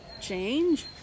change